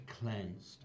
cleansed